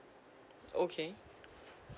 okay